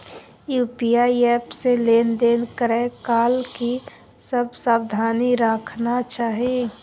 UPI app से लेन देन करै काल की सब सावधानी राखना चाही?